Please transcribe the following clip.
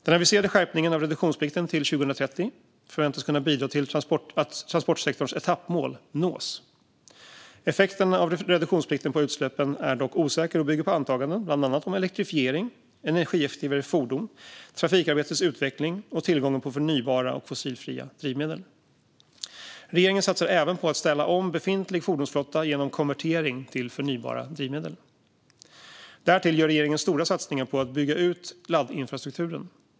Den aviserade skärpningen av reduktionsplikten till 2030 förväntas kunna bidra till att transportsektorns etappmål nås. Effekten av reduktionsplikten på utsläppen är dock osäker och bygger på antaganden, bland annat om elektrifiering, energieffektivare fordon, trafikarbetets utveckling och tillgången på förnybara och fossilfria drivmedel. Regeringen satsar även på att ställa om befintlig fordonsflotta genom konvertering till förnybara drivmedel. Därtill gör regeringen stora satsningar på att bygga ut laddinfrastrukturen.